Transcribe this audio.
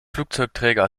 flugzeugträger